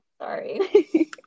Sorry